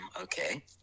Okay